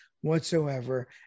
whatsoever